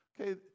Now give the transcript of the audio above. Okay